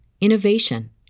innovation